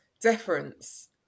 deference